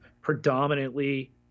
predominantly